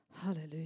Hallelujah